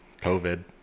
COVID